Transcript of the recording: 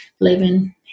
living